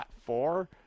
four